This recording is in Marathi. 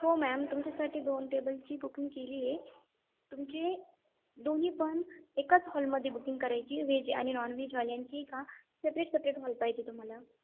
हो मॅम तुमच्यासाठी दोन टेबलची बुकिंग केली आहे तुमचे दोन्ही पण एकाच हॉलमध्ये बुकिंग करायची व्हेज आहे आणि नॉनव्हेजवाल्यांची का सेपरेट सेपरेट हॉल पाहिजे तुम्हाला